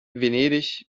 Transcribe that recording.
venedig